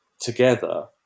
together